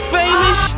famous